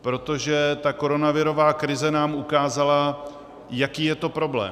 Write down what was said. Protože ta koronavirová krize nám ukázala, jaký je to problém.